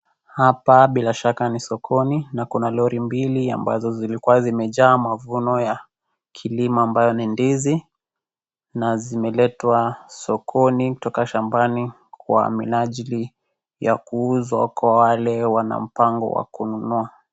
Hapa bila shaka ni sokoni na kuna lori mbili ambazo zilikuwa zimejaa mavuno ya kilimo ambayo ni ndizi na zimeletwa sokoni kutoka shambani kwa minajili ya kuuzwa kwa wale wana mpango wa kununua.